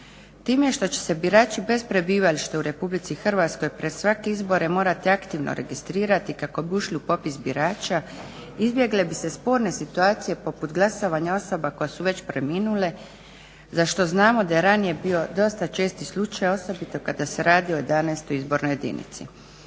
Time što će se birači bez prebivališta u Republici Hrvatskoj pred svake izbore morati aktivno registrirati kako bi ušli u popis birača izbjegle bi se sporne situacije poput glasovanja osoba koje su već preminule za što znamo da je ranije bio dosta česti slučaj, osobito kada se radi o XI. izbornoj jedinici.